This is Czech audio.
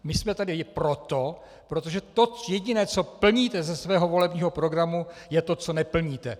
My jsme tady proto, protože to jediné, co plníte ze svého volebního programu, je to, co neplníte.